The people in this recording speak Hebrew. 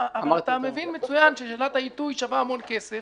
אבל אתה מבין מצוין ששאלת העיתוי שווה המון כסף